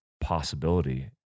possibility